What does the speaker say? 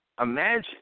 Imagine